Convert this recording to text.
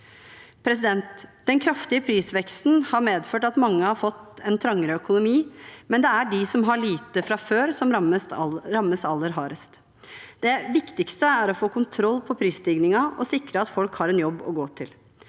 Den kraftige prisveksten har medført at mange har fått en trangere økonomi, men det er de som har lite fra før, som rammes aller hardest. Det viktigste er å få kontroll på prisstigningen og sikre at folk har en jobb å gå til.